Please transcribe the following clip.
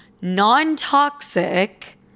non-toxic